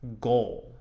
goal